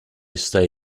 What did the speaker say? stay